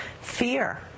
fear